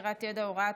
אושרה.